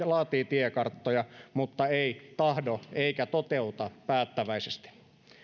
laatii tiekarttoja mutta ei tahdo eikä toteuta päättäväisesti